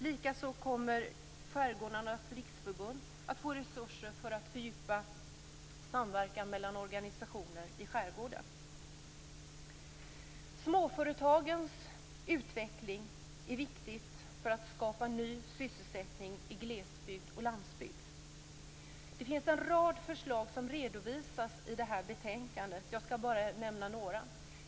Likaså kommer Skärgårdarnas riksförbund att få resurser för att fördjupa samverkan mellan organisationer i skärgården. Småföretagens utveckling är viktig för att skapa ny sysselsättning i glesbygd och landsbygd. Det finns en rad förslag som redovisas i det här betänkande. Jag skall bara nämna några.